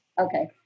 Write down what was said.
Okay